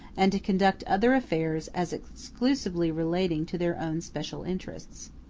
and to conduct other affairs as exclusively relating to their own special interests.